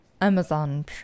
Amazon